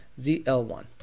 ZL1